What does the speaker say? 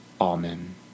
Amen